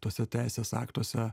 tuose teisės aktuose